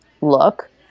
look